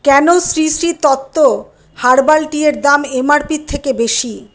কেন শ্রী শ্রী তত্ত্ব হার্বাল টিয়ের দাম এম আর পির থেকে বেশি